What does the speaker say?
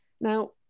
Now